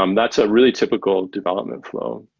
um that's a really typical development flow.